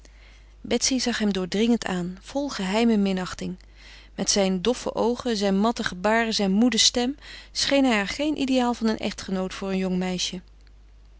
betsy zag hem doordringend aan vol geheime minachting met zijn doffe oogen zijn matte gebaren zijn moede stem scheen hij haar geen ideaal van een echtgenoot voor een jong meisje